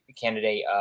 candidate